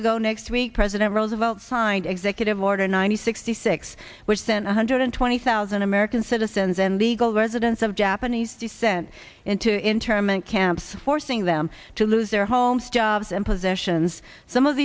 ago next week president roosevelt signed executive order nine hundred sixty six percent one hundred twenty thousand american citizens and legal residents of japanese descent into internment camps forcing them to lose their homes jobs and possessions some of